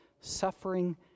suffering